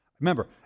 Remember